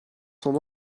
sont